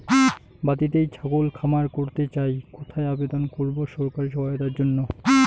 বাতিতেই ছাগলের খামার করতে চাই কোথায় আবেদন করব সরকারি সহায়তার জন্য?